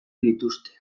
dituzte